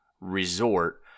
resort